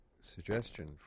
suggestion